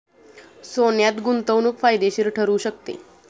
सोन्यात गुंतवणूक फायदेशीर ठरू शकते